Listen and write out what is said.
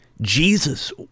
Jesus